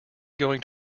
going